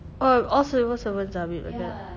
oh all civil servants ah babe like that